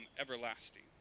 everlasting